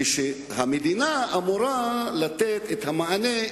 כשהמדינה אמורה לתת את המענה,